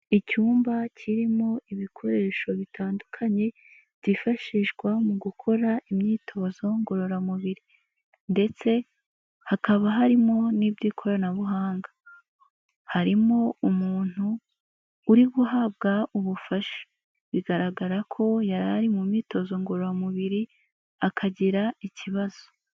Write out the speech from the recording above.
Icyumba kirimo ibikoresho bitandukanye byifashishwa mu gukora imyitozo ngororamubiri ndetse hakaba harimo n'iby'ikoranabuhanga, harimo umuntu uri guhabwa ubufasha, bigaragara ko yari ari mu myitozo ngororamubiri akagira ikibazo.